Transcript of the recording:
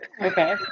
Okay